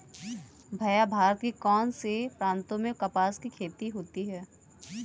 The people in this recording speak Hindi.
भैया भारत के कौन से प्रांतों में कपास की खेती होती है?